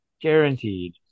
guaranteed